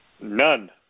None